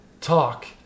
talk